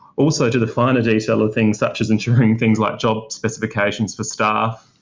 also, to the finer detail of things, such as enduring things like job specifications for staff,